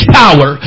power